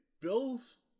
Bill's